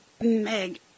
Meg